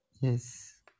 yes